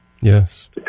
Yes